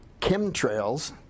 chemtrails